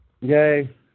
Yay